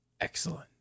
excellent